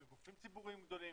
של גופים ציבוריים גדולים,